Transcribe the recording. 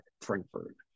Frankfurt